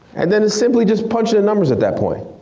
and then it's simply just punching the numbers at that point.